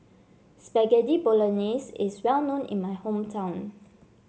Spaghetti Bolognese is well known in my hometown